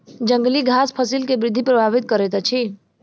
जंगली घास फसिल के वृद्धि प्रभावित करैत अछि